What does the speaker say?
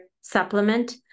supplement